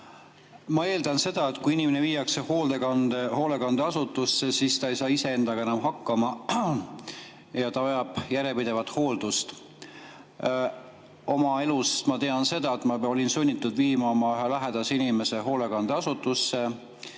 Ma eeldan seda, et kui inimene viiakse hoolekandeasutusse, siis ta ei saa iseendaga enam hakkama ja vajab järjepidevat hooldust. Oma elust ma tean seda, et olin sunnitud viima oma lähedase inimese hoolekandeasutusse